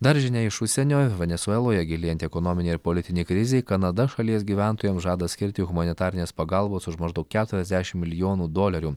dar žinia iš užsienio venesueloje gilėjant ekonominei ir politinei krizei kanada šalies gyventojams žada skirti humanitarinės pagalbos už maždaug keturiasdešimt milijonų dolerių